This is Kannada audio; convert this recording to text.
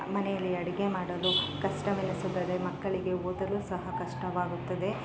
ಮನೆಯಲ್ಲಿ ಅಡಿಗೆ ಮಾಡಲು ಕಷ್ಟವೆನಿಸಿದರೆ ಮಕ್ಕಳಿಗೆ ಓದಲು ಸಹ ಕಷ್ಟವಾಗುತ್ತದೆ